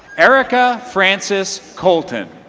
erica frances colton.